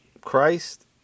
Christ